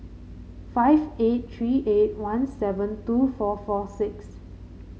five eight three eight one seven two four four six